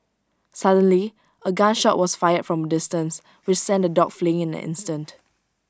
suddenly A gun shot was fired from A distance which sent the dogs fleeing in an instant